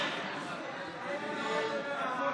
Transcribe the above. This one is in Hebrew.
התש"ף 2020,